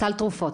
סל תרופות.